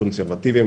קונסרבטיבים,